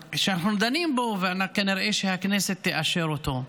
וכנראה שהכנסת תאשר אותו.